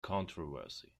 controversy